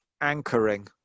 anchoring